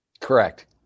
Correct